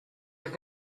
your